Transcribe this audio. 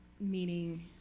meaning